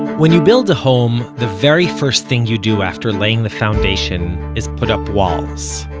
when you build a home, the very first thing you do after laying the foundation, is put up walls.